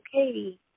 okay